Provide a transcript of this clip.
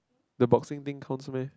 the boxing thing counts meh